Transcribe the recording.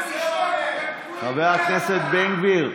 חבר הכנסת בן גביר,